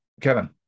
Kevin